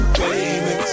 baby